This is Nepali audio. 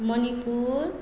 मणिपुर